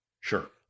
sure